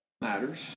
matters